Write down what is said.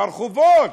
ברחובות,